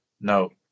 no